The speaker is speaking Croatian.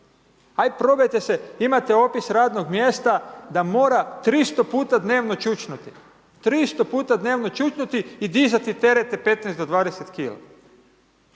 Ajde, probajte se, imate opis radnog mjesta, da mora 300 puta dnevno čučnuti, 300 puta dnevno čučnuti i dizati terete 15-20 kg.